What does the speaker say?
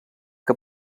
que